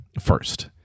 first